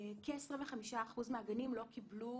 כ-25% מהגנים לא קיבלו